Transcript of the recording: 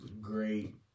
great